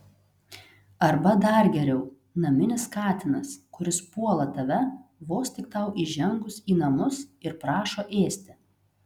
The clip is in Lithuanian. arba dar geriau naminis katinas kuris puola tave vos tik tau įžengus į namus ir prašo ėsti